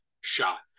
shot